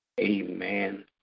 Amen